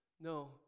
No